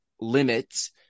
limits